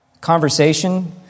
conversation